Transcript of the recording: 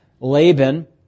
Laban